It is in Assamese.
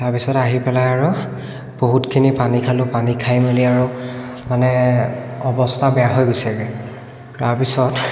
তাৰপিছত আহি পেলাই আৰু বহুতখিনি পানী খালোঁ পানী খাই মেলি আৰু মানে অৱস্থা বেয়া হৈ গৈছেগৈ তাৰপিছত